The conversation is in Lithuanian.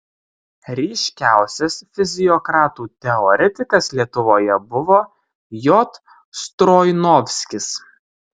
ryškiausias fiziokratų teoretikas lietuvoje buvo j stroinovskis